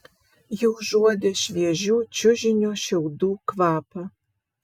ji užuodė šviežių čiužinio šiaudų kvapą